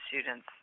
students